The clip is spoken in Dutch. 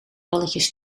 balletjes